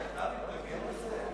מרגי,